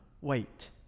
wait